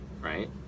right